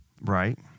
Right